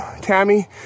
tammy